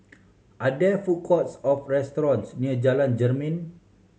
are there food courts or restaurants near Jalan Jermin